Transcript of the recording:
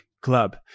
club